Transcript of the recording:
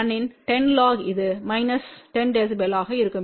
1 இன் 10 log இது minus 10 dB ஆக இருக்கும்